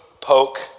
poke